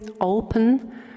open